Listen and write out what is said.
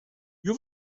you